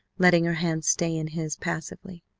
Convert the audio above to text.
letting her hands stay in his passively.